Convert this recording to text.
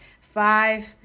five